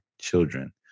children